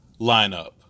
lineup